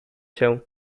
cię